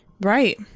Right